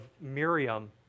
Miriam